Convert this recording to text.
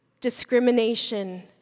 discrimination